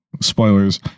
spoilers